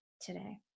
today